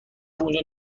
همونجا